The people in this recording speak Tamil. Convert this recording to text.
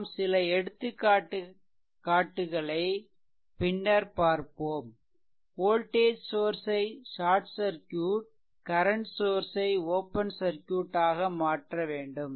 நாம் சில எடுத்துக்காட்டுகளை பின்னர் பார்ப்போம் வோல்டேஜ் சோர்ஸ் ஐ ஷார்ட் சர்க்யூட் கரன்ட் சோர்ஸ் ஐ ஓப்பன் சர்க்யூட் ஆக மாற்ற வேண்டும்